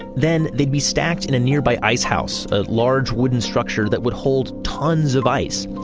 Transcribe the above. then they'd be stacked in a nearby ice house, a large wooden structure that would hold tons of ice.